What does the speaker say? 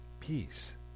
Peace